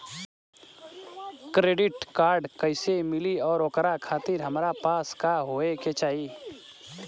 Credit card कैसे मिली और ओकरा खातिर हमरा पास का होए के चाहि?